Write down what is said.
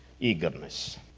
eagerness